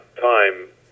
time